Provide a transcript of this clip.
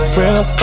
Real